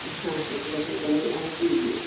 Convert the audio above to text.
ہاں ایک دہی بنے گا جی جی